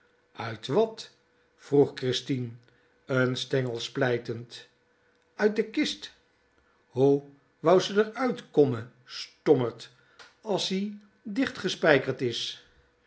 uit wat vroeg christien n stengel splijtend uit de kist hoe wou ze d'r uitkomme stommert as die dichtgespijkerd is